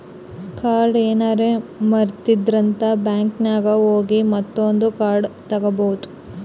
card ಏನಾರೆ ಮುರ್ದಿತ್ತಂದ್ರ ಬ್ಯಾಂಕಿನಾಗ್ ಹೋಗಿ ಮತ್ತೊಂದು ಕಾರ್ಡ್ ತಗೋಬೋದ್